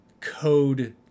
code